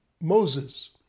Moses